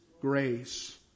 grace